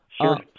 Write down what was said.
Sure